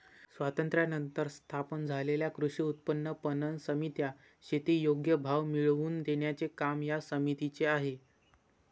स्वातंत्र्यानंतर स्थापन झालेल्या कृषी उत्पन्न पणन समित्या, शेती योग्य भाव मिळवून देण्याचे काम या समितीचे आहे